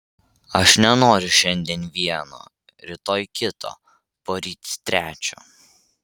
aš nenoriu šiandien vieno rytoj kito poryt trečio